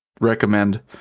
recommend